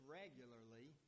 regularly